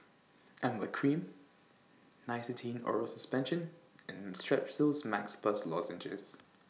Emla Cream Nystatin Oral Suspension and Strepsils Max Plus Lozenges